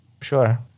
Sure